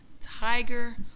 Tiger